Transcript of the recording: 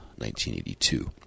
1982